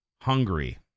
hungry